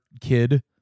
kid